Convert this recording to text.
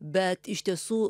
bet iš tiesų